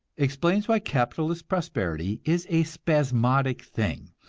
explains why capitalist prosperity is a spasmodic thing,